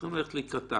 שצריכים ללכת לקראתם.